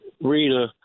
Rita